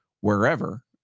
wherever